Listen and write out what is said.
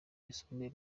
yisumbuye